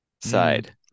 side